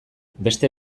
beste